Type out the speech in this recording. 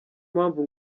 mpamvu